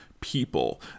people